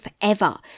forever